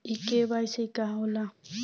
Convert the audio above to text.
इ के.वाइ.सी का हो ला?